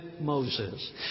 Moses